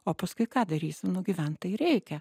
o paskui ką darysi nu gyvent tai reikia